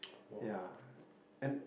ya and